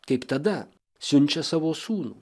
kaip tada siunčia savo sūnų